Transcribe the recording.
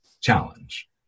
challenge